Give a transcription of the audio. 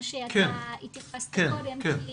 מה שאתה התייחסת קודם.